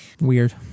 weird